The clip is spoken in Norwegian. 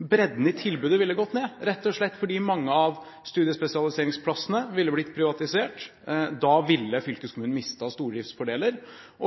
bredden i tilbudet ville gått ned, rett og slett fordi mange av studiespesialiseringsplassene ville blitt privatisert. Da ville fylkeskommunen mistet stordriftsfordeler.